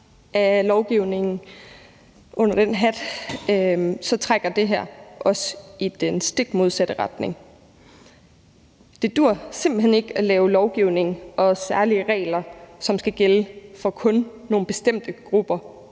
af lovgivningen under den hat trækker det her også i den stikmodsatte retning. Det duer simpelt hen ikke at lave lovgivning og særlige regler, som skal gælde for kun nogle bestemte grupper